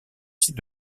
site